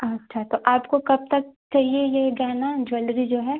अच्छा तो आपको कब तक चाहिए यह गहना ज़्वेलरी जो है